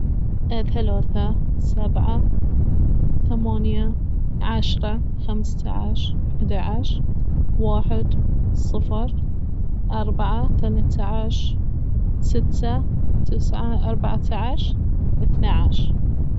ثلاثة سبعة ثمانية عشرة خمسة عشر أحدا عشر واحد صفر أربعة ثلاثة عشر ستة تسعة أربعة عشر اثنا عشر